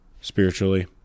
spiritually